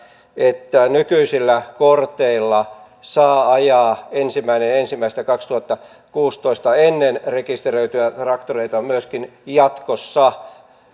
että nykyisillä korteilla saa ajaa ennen ensimmäinen ensimmäistä kaksituhattakuusitoista rekisteröityjä traktoreita myöskin jatkossa ja